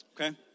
Okay